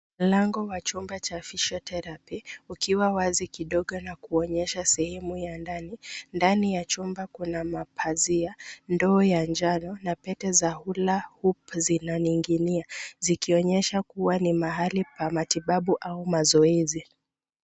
Mlango wa chumba cha physiotherapy ,ukiwa wazi kidogo na kuonyesha sehemu ya ndani. Ndani ya chumba kuna mapazia, ndoo ya njano na pete za hulahoop zinaning'inia, zikionyesha kuwa ni mahali pa matibabu au mazoezi.